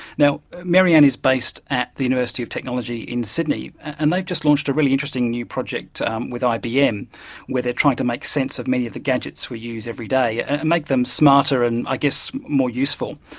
now, mary-anne is based at the university of technology in sydney, and they've just launched a really interesting new project with ibm where they're trying to make sense of many of the gadgets we use every day, yeah and make make them smarter and, i guess, more useful.